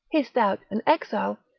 hissed out, an exile,